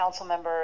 Councilmember